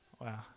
Wow